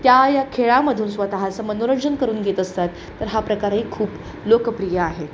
त्या या खेळामधून स्वतःचं मनोरंजन करून घेत असतात तर हा प्रकारही खूप लोकप्रिय आहे